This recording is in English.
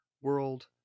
world